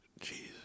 Jesus